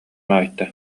айта